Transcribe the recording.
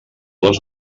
les